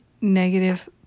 negative